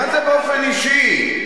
מה זה באופן אישי?